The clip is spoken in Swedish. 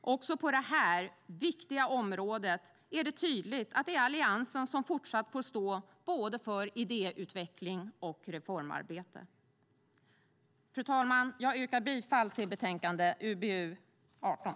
Också på detta viktiga område är det tydligt att det är Alliansen som fortsatt får stå för både idéutveckling och reformarbete. Fru talman! Jag yrkar bifall till förslaget i betänkande UbU18.